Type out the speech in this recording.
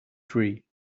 tree